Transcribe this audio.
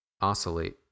oscillate